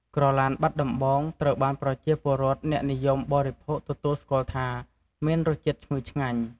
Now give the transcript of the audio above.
ក្រឡានបាត់ដំបង ត្រូវបានប្រជាពលរដ្ឋអ្នកនិយមបរិភោគទទួលស្គាល់ថា មានរសជាតិឈ្ងុយឆ្ងាញ់។